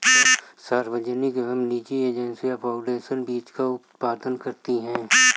सार्वजनिक एवं निजी एजेंसियां फाउंडेशन बीज का उत्पादन करती है